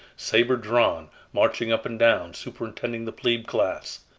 sabre drawn, marching up and down superintending the plebe class,